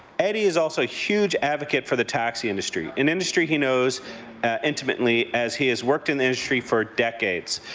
eddie is also a huge advocate for the taxi industry an industry he knows intimately as he has worked in the industry for decades.